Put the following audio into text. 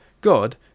God